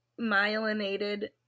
myelinated